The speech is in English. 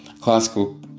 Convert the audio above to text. classical